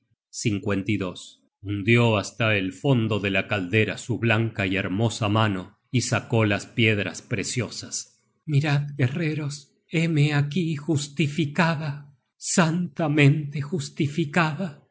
castigar el crímen hundió hasta el fondo de la caldera su blanca y hermosa mano y sacó las piedras preciosas mirad guerreros héme aquí justificada santamente justificada